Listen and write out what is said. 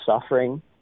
suffering